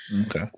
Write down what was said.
Okay